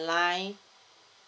online